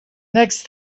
next